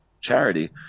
charity